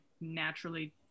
naturally